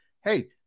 Hey